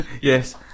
Yes